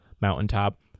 mountaintop